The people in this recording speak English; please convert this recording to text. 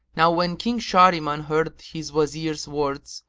now when king shahriman heard his wazir's words,